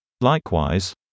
Likewise